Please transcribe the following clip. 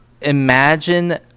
Imagine